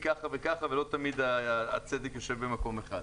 כך וכך ולא תמיד הצדק יושב במקום אחד.